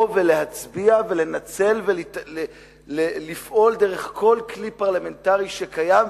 ולהצביע ולנצל ולפעול דרך כל כלי פרלמנטרי שקיים,